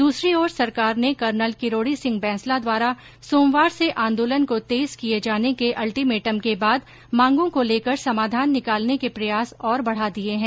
दूसरी ओर सरकार ने कर्नल किरोड़ी सिंह बैंसला द्वारा सोमवार से आंदोलन को तेज किये जाने को अल्टिमेटम के बाद मांगो को लेकर समाधान निकालने के प्रयास और बढा दिये हैं